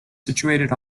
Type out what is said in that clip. situated